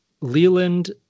Leland